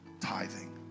tithing